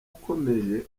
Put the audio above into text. ukomeje